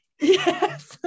yes